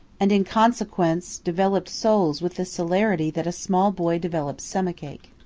and in consequence developed souls with the celerity that a small boy develops stomachache.